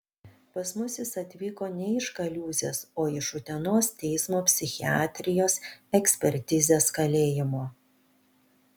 pas mus jis atvyko ne iš kaliūzės o iš utenos teismo psichiatrijos ekspertizės kalėjimo